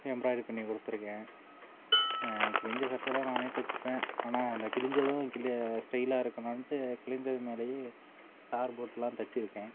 embroidery பண்ணி கொடுத்துருக்கேன் கிழிஞ்ச சட்டை எல்லாம் நானே தைச்சுப்பேன் ஆனால் அந்த கிழிஞ்சதும் கிழிய ஸ்டைலாக இருக்கணும்ட்டு கிழிஞ்சது மேலேயே ஸ்டார் போட்டுடலாம் தைச்சுருக்கேன்